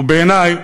ובעיני,